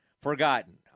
forgotten